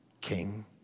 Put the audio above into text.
King